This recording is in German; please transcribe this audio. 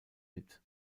mit